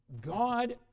God